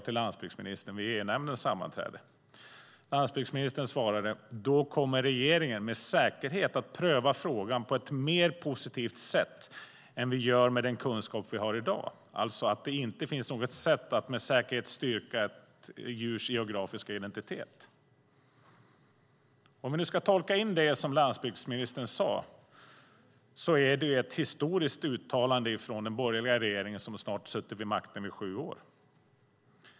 Landsbygdsministern svarade: "Då kommer regeringen med säkerhet att pröva frågan på ett mer positivt sätt än vi gör med den kunskap vi har i dag, alltså att det inte finns något sätt att med säkerhet styrka ett djurs geografiska identitet." Jag tolkar det som landsbygdsministern sade som ett historiskt uttalande från den borgerliga regeringen, som snart suttit vid makten i sju år.